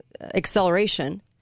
acceleration